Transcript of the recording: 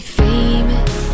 famous